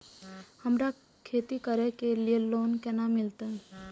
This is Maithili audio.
हमरा खेती करे के लिए लोन केना मिलते?